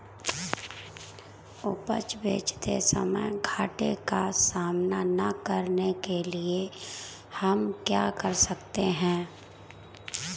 उपज बेचते समय घाटे का सामना न करने के लिए हम क्या कर सकते हैं?